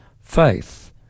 Faith